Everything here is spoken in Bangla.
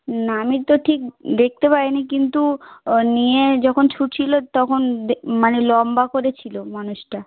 না আমি তো ঠিক দেখতে পাই নি কিন্তু নিয়ে যখন ছুটছিলো তখন দে মানে লম্বা করে ছিলো মানুষটা